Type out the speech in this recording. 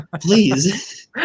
please